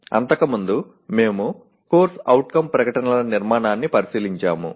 అంతకుముందు మేము course outcome ప్రకటనల నిర్మాణాన్ని పరిశీలించాము